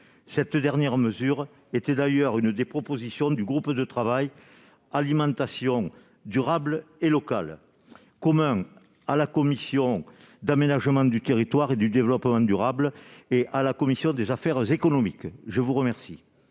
cette dernière mesure était d'ailleurs une des propositions du groupe de travail alimentation durable et locale commun à la commission d'aménagement du territoire et du développement durable et à la commission des affaires économiques, je vous remercie.